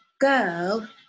girl